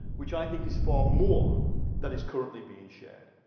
which i think is far more than is currently being shared.